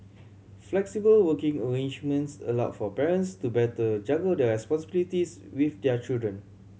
flexible working arrangements allowed for parents to better juggle their responsibilities with their children